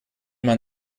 man